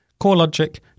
CoreLogic